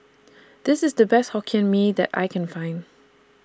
This IS The Best Hokkien Mee that I Can Find